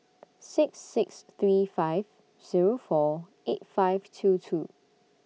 six six three five Zero four eight five two two